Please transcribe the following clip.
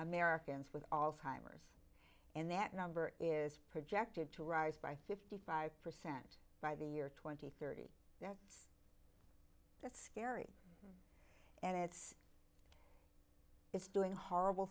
americans with all timers and that number is projected to rise by fifty five percent by the year twenty thirty now it's just scary and it's it's doing horrible